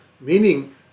Meaning